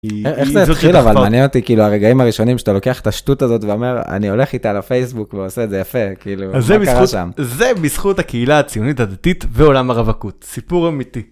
איך זה התחיל אבל מעניין אותי כאילו הרגעים הראשונים שאתה לוקח את השטות הזאת ואומר אני הולך איתה לפייסבוק ועושה את זה יפה כאילו זה זה בזכות הקהילה הציונית הדתית ועולם הרווקות סיפור אמיתי.